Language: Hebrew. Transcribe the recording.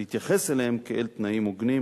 להתייחס אליהם כאל תנאים הוגנים